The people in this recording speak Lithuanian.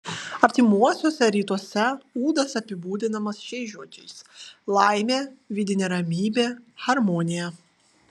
artimuosiuose rytuose ūdas apibūdinamas šiais žodžiais laimė vidinė ramybė harmonija